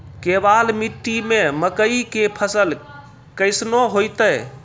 केवाल मिट्टी मे मकई के फ़सल कैसनौ होईतै?